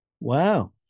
wow